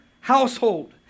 household